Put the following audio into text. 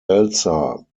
elsa